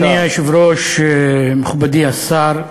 אדוני היושב-ראש, מכובדי השר,